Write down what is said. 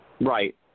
Right